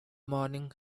morning